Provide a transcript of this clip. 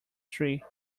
tree